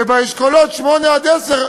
ובאשכולות 8 10,